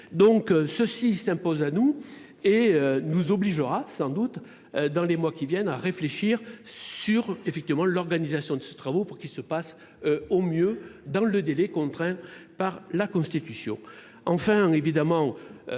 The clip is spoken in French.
donc ceci s'impose à nous et nous obligera, sans doute dans les mois qui viennent à réfléchir sur effectivement l'organisation de ces travaux pour qu'il se passe au mieux dans le délai contraint par la Constitution.